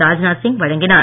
ராஜ்நாத் சிங் வழங்கினார்